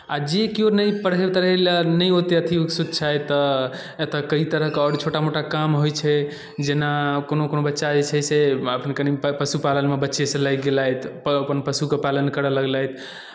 आ जे केओ नहि पढ़ै तढ़ै लए नहि ओतेक अथी उत्सुक छथि तऽ एतय कइ तरहके आओर छोटा मोटा काम होइ छै जेना कोनो कोनो बच्चा जे छै से अपन कनि पशु पालनमे बच्चेसँ लागि गेलथि अपन पशुके पालन करय लगलथि